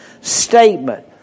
statement